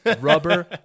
rubber